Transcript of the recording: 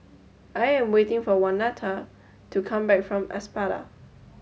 I am waiting for Waneta to come back from Espada